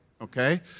okay